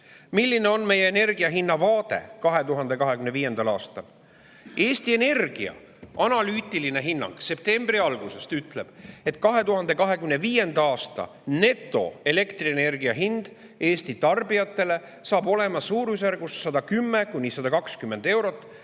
Milline on meie energia hinna vaade 2025. aastal? Eesti Energia analüütiline hinnang septembri algusest ütleb, et 2025. aasta elektrienergia netohind Eesti tarbijatele saab olema suurusjärgus 110–120 eurot,